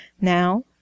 Now